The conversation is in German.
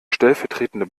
stellvertretende